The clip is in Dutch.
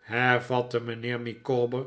hervatte mijnheer micawber